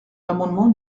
l’amendement